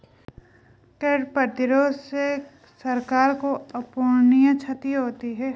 कर प्रतिरोध से सरकार को अपूरणीय क्षति होती है